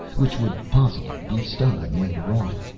which would, possibly, be stolen later on.